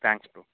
thanks bro